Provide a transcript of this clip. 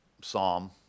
psalm